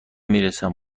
میرسم